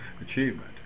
achievement